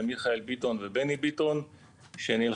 זה מיכאל ביטון ובני ביטון שנלחמו.